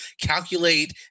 calculate